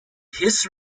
his